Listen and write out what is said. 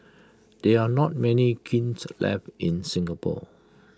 there are not many kilns left in Singapore